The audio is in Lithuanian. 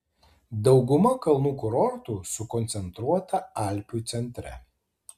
dauguma kalnų kurortų sukoncentruota alpių centre